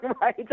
right